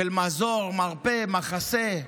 של מזור, מרפא, מחסה,